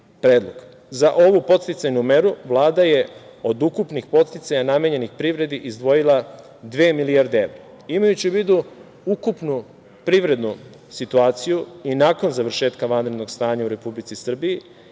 Za ovu podsticajnu meru Vlada je od ukupnih podsticaja namenjenih privredi izdvojila dve milijarde evra. Imajući u vidu ukupnu privredni situaciju i nakon završetka vanrednog stanja u Republici Srbiji